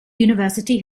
university